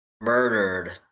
murdered